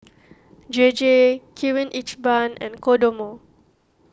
J J Kirin Ichiban and Kodomo